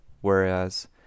whereas